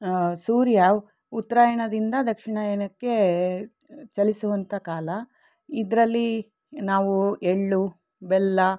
ಸೂರ್ಯ ಉತ್ತರಾಯಣದಿಂದ ದಕ್ಷಿಣಾಯನಕ್ಕೆ ಚಲಿಸುವಂಥ ಕಾಲ ಇದರಲ್ಲಿ ನಾವು ಎಳ್ಳು ಬೆಲ್ಲ